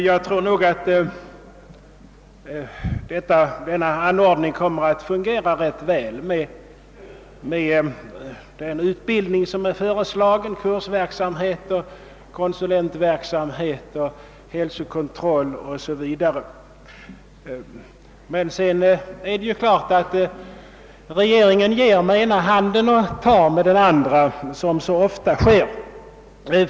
Jag tror nog att anordningen kommer att fungera ganska väl med de anordningar som föreslagits — kursverksamhet, konsulentverksamhet, hälsokontroll 0. 8. V. Som så ofta sker ger emellertid regeringen med den ena handen och tar med den andra.